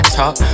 talk